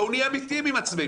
בואו נהיה אמיתיים עם עצמנו.